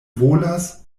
volas